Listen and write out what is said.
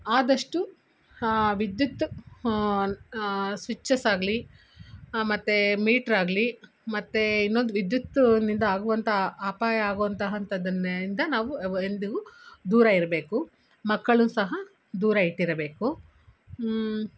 ಆದಷ್ಟು ವಿದ್ಯುತ್ ಸ್ವಿಚಸ್ ಆಗಲಿ ಮತ್ತೆ ಮೀಟ್ರ್ ಆಗಲಿ ಮತ್ತೆ ಇನ್ನೊಂದು ವಿದ್ಯುತ್ತಿನಿಂದ ಆಗುವಂಥ ಅಪಾಯ ಆಗುವಂತಹಂಥದ್ದನ್ನೇ ನಾವು ಅವಾ ಎಂದಿಗೂ ದೂರ ಇರಬೇಕು ಮಕ್ಕಳು ಸಹ ದೂರ ಇಟ್ಟಿರಬೇಕು